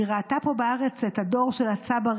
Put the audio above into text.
היא ראתה פה בארץ את הדור של הצברים,